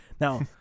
Now